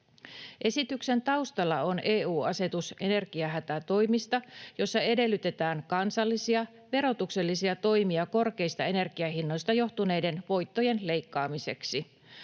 Esityksen taustalla on EU-asetus energiahätätoimista, joissa edellytetään kansallisia verotuksellisia toimia korkeista energiahinnoista johtuneiden voittojen leikkaamiseksi.